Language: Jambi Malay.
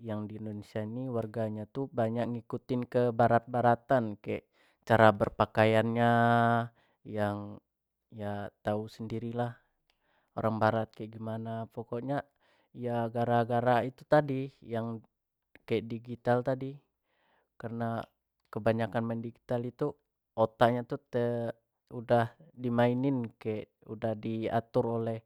yang di indonesia ini warganya tuh banyak ngikutin ke barat-baratan kek cara berpakaiannya yang ya tahu sendiri lah orang barat kayak gimana pokoknya ya gara-gara itu tadi yang kayak digital tadi karena kebanyakan main digital itu kotanya itu udah dimainin kek udah diatur oleh